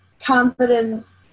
confidence